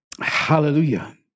Hallelujah